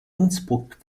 innsbruck